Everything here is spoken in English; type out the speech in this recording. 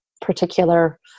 particular